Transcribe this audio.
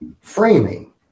framing